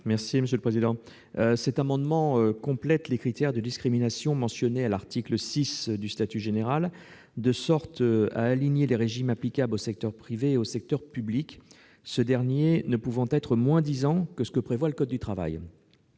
M. Didier Marie. Cet amendement tend à compléter les critères de discrimination mentionnés à l'article 6 du statut général, de façon à aligner les régimes applicables au secteur privé et au secteur public, ce dernier ne pouvant être moins-disant que ce que prévoit le code du travail.